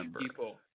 people